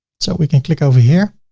so we can click over here.